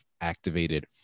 activated